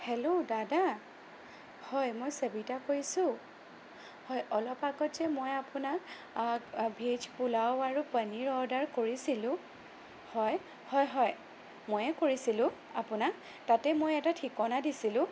hello দাদা হয় মই সবিতা কৈছোঁ হয় অলপ আগত যে মই আপোনাক ভেজ পোলাও আৰু পনিৰ অৰ্ডাৰ কৰিছিলোঁ হয় হয় হয় ময়ে কৰিছিলোঁ আপোনাক তাতে মই এটা ঠিকনা দিছিলোঁ